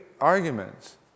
arguments